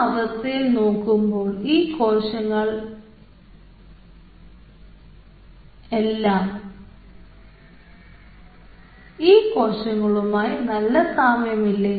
ആ അവസ്ഥയിൽ നോക്കുമ്പോൾ ഈ കോശങ്ങളെല്ലാം ഈ കോശങ്ങളുമായി നല്ല സാമ്യമില്ല